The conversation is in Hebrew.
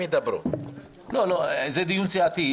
זה דיון סיעתי,